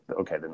okay